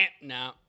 No